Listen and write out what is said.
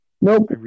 nope